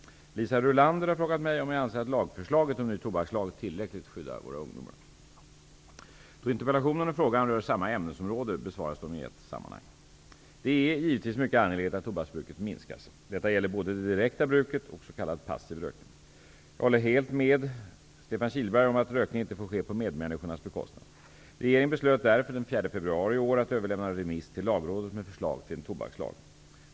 Liisa Rulander har frågat mig om jag anser att lagförslaget om ny tobakslag tillräckligt skyddar våra ungdomar. Då interpellationen och frågan rör samma ämnesområde besvaras de i ett sammanhang. Det är givetvis mycket angeläget att tobaksbruket minskas. Detta gäller både det direkta bruket och s.k. passiv rökning. Jag håller helt med Stefan Kihlberg om att rökning inte får ske på medmänniskornas bekostnad. Regeringen beslöt därför den 4 februari i år att överlämna en remiss till Lagrådet med förslag till en tobakslag.